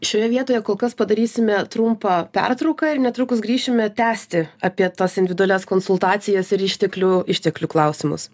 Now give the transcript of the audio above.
šioje vietoje kol kas padarysime trumpą pertrauką ir netrukus grįšime tęsti apie tas individualias konsultacijas ir išteklių išteklių klausimus